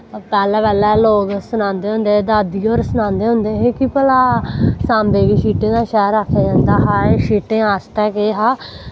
पैह्लैं पैह्लैं लोग सनांदे होंदे हे दादी होर सनांदे होंदे हे कि भला सांबे गी शीटें दा शैह्र आक्खेआ जंदा हा एह् शीटें आस्तै केह् हा